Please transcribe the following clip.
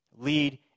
Lead